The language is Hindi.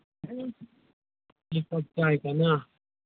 एक कप चाय का ना